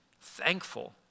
thankful